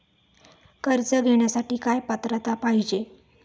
कर्ज घेण्यासाठी काय पात्रता पाहिजे?